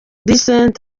decent